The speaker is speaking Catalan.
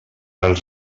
als